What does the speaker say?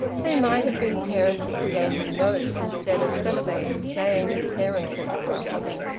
they might have been parents exchanging notes, instead of celibates playing at parenthood for a hobby.